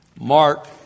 Mark